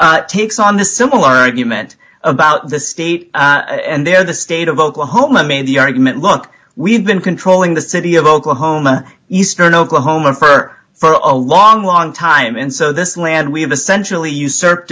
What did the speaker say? two takes on the similar argument about the state and there the state of oklahoma made the argument look we've been controlling the city of oklahoma eastern oklahoma for her for a long long time and so this land we have essentially usurp